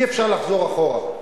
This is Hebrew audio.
אי-אפשר לחזור אחורה,